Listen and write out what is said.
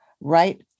right